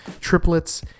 triplets